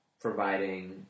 providing